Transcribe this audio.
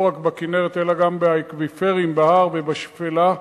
לא רק בכינרת, אלא גם באקוויפרים בהר ובשפלה,